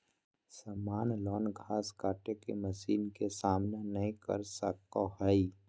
सामान्य लॉन घास काटे के मशीन के सामना नय कर सको हइ